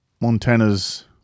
Montana's